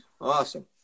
Awesome